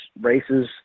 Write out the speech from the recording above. races